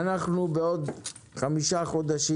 אנחנו בעוד חמישה חודשים,